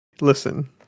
listen